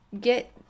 get